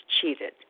cheated